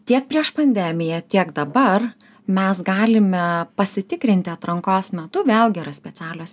tiek prieš pandemiją tiek dabar mes galime pasitikrinti atrankos metu vėlgi yra specialios